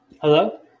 Hello